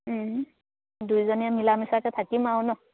দুইজনীয়ে মিলা মিছাকে থাকিম আৰু ন